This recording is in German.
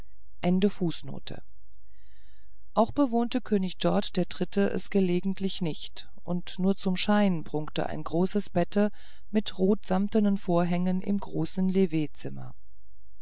auch bewohnte könig georg der dritte es gelegentlich nicht und nur zum schein prunkte ein großes bette mit rotsamtenen vorhängen im großen